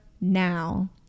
now